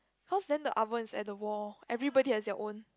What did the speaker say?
cause then the oven is at the wall everybody has their own